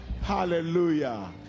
hallelujah